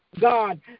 God